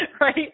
right